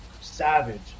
savage